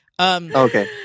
Okay